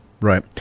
right